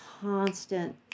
constant